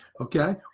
Okay